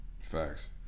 Facts